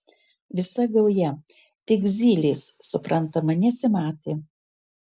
visa gauja tik zylės suprantama nesimatė